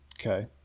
Okay